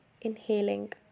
inhaling